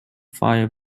fire